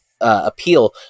appeal